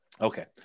Okay